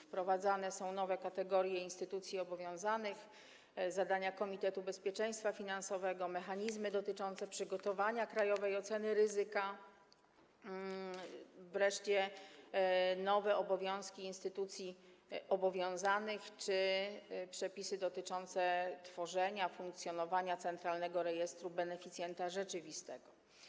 Wprowadzane są nowe kategorie instytucji obowiązanych, zadania Komitetu Bezpieczeństwa Finansowego, mechanizmy dotyczące przygotowania krajowej oceny ryzyka, wreszcie nowe obowiązki instytucji obowiązanych czy przepisy dotyczące tworzenia, funkcjonowania Centralnego Rejestru Beneficjenta Rzeczywistego.